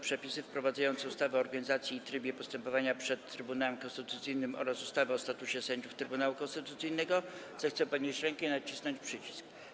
Przepisy wprowadzające ustawę o organizacji i trybie postępowania przed Trybunałem Konstytucyjnym oraz ustawę o statusie sędziów Trybunału Konstytucyjnego, zechce podnieść rękę i nacisnąć przycisk.